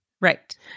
right